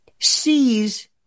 sees